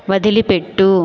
వదిలిపెట్టు